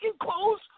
clothes